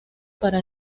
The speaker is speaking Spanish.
para